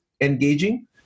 engaging